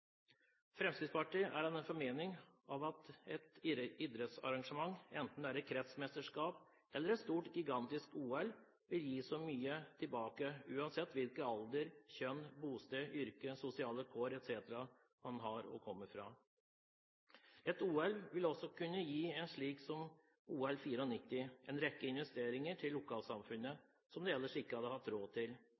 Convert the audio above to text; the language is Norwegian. Fremskrittspartiet er av den formening at et idrettsarrangement, enten det er et kretsmesterskap eller et gigantisk OL, vil gi mye tilbake, uansett alder, kjønn, bosted, yrke, sosiale kår etc. Et OL vil også kunne gi, slik som OL i 1994, en rekke investeringer til lokalsamfunnet som det ellers ikke hadde hatt råd til.